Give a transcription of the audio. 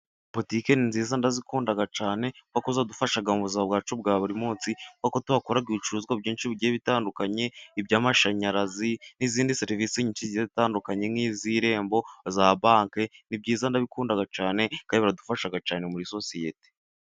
Butike ni nziza ndazikunda cyane , kuko ziradufasha mu buzima bwacu bwa buri munsi, kubera ko tuhakura ibicuruzwa byinshi bigiye bitandukanye, iby'amashanyarazi, n'izindi serivise nyinshi zigiye zitandukanye nk'iz'irembo, na za banke, ni byiza ndabikunda cyane, kandi biradufasha cyane muri sosiyete.